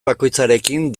bakoitzarekin